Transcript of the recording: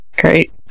Great